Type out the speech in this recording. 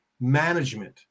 management